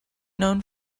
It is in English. known